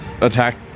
attack